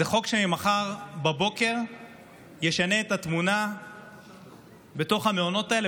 זה חוק שממחר בבוקר ישנה את התמונה בתוך המעונות האלה,